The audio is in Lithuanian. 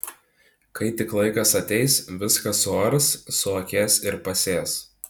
kai tik laikas ateis viską suars suakės ir pasės